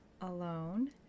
alone